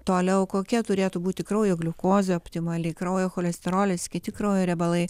toliau kokia turėtų būti kraujo gliukozė optimali kraujo cholesterolis kiti kraujo riebalai